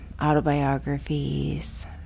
autobiographies